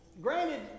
granted